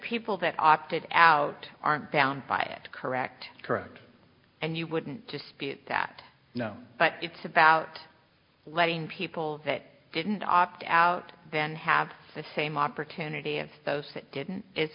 that opted out aren't down by it correct correct and you wouldn't dispute that no but it's about letting people that didn't opt out then have the same opportunity of those that didn't is